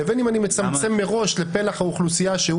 לבין אם אני מצמצם מראש לפלח האוכלוסייה שהוא